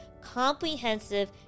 comprehensive